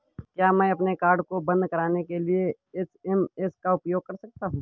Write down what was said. क्या मैं अपने कार्ड को बंद कराने के लिए एस.एम.एस का उपयोग कर सकता हूँ?